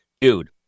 dude